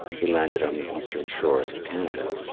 he landed on the eastern shores of canada.